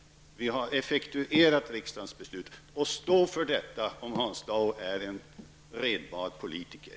Vi har effektuerat riksdagens beslut. Hans Dau måste stå för detta, om han är en redbar politiker.